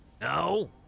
no